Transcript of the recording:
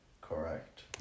Correct